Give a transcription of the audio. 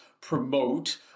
promote